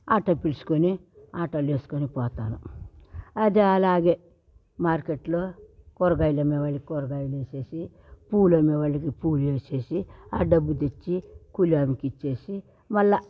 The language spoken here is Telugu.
ఆటో పిలుసుకొని ఆటోలో వేసుకొని పోతాను అది అలాగే మార్కెట్లో కూరగాయలు అమ్మేవాళ్ళకి కూరగాయలు వేసేసి పూలు అమ్మేవాళ్ళకి పూలు వేసేసి ఆ డబ్బు తెచ్చి కూలమెకి ఇచ్చేసి మళ్ళా